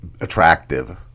attractive